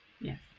yes